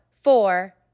four